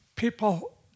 people